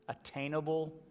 attainable